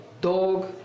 dog